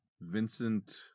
Vincent